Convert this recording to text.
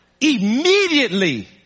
Immediately